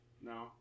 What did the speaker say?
No